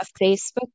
Facebook